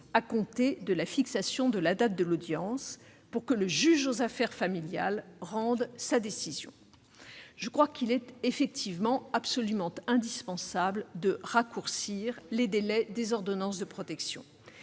à compter de la fixation de la date de l'audience » pour que le juge aux affaires familiales rende sa décision. Je crois qu'il est effectivement indispensable de raccourcir les délais de délivrance des ordonnances de protection.